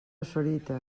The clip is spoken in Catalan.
sorita